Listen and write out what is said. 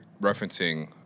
referencing